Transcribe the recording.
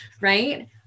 Right